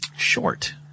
Short